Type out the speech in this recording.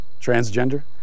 transgender